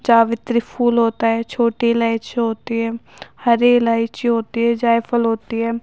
جاوتری پھول ہوتا ہے چھوٹی الائچی ہوتی ہے ہری الائچی ہوتی ہے جائفل ہوتی ہے